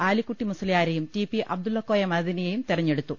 ആലിക്കുട്ടി മുസ്പ്യാരെയും T P Abdullakoya മദനിയെയും തിരഞ്ഞെ ടുത്തു